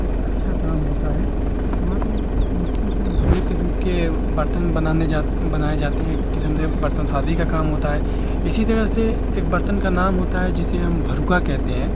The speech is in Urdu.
ایک اچھا کام ہوتا ہے یہاں پہ مٹی کے مختلف قسم کے برتن بنانے جات بنائے جاتے ہیں کسی کے برتن سازی کا کام ہوتا ہے اسی طرح سے ایک برتن کا نام ہوتا ہے جسے ہم بھروکا کہتے ہیں